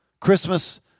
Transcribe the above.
Christmas